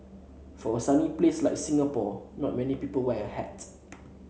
for a sunny place like Singapore not many people wear a hat